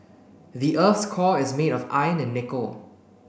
the earth's core is made of iron and nickel